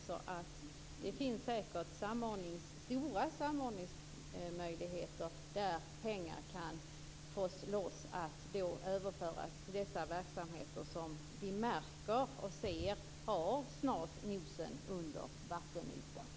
Där finns säkert stora samordningsmöjligheter där man kan få loss pengar som kan överföras till de verksamheter som vi ser snart har nosen under vattenytan.